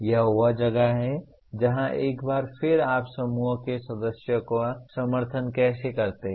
यह वह जगह है जहां एक बार फिर आप समूह के सदस्यों का समर्थन कैसे करते हैं